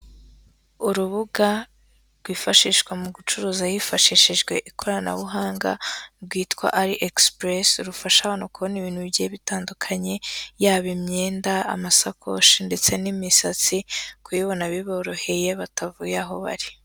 Urubuga rwifashishwa mu gucuruza hifashishijwe ikoranabuhanga rwitwa ali ekisipuresi rufasha abantu kubona ibintu bigiye bitandukanye yaba imyenda, amasakoshi ndetse n'imisatsi kubibona biboroheye batavuye aho bari.